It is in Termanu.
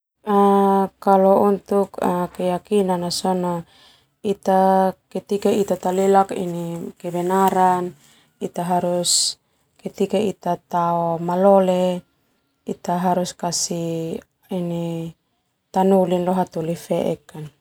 Kalau untuk keyakinan sona ita talelak kebenaran ita harus kasih tanoli lo hataholi feek.